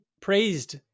praised